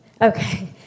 Okay